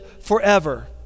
forever